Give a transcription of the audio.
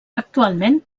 actualment